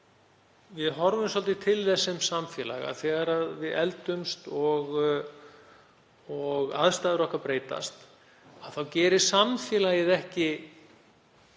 við horfum svolítið til þess sem samfélag að þegar við eldumst og aðstæður okkar breytast geri samfélagið ekki